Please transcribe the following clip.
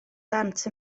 dant